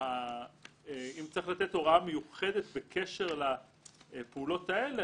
אם צריך לתת הוראה מיוחדת בקשר לפעולות האלה,